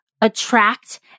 attract